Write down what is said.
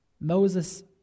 Moses